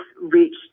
reached